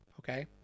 okay